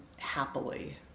happily